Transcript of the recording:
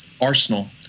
arsenal